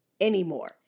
anymore